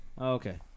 Okay